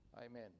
Amen